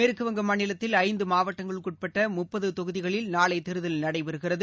மேற்குவங்க மாநிலத்தில் ஐந்து மாவட்டங்களுக்குட்பட்ட முப்பது தொகுதிகளில் நாளை தேர்தல் நடைபெறுகிறது